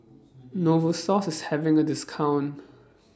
Novosource IS having A discount